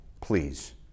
please